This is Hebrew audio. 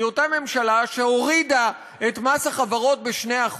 אותה ממשלה שהורידה את מס החברות ב-2%,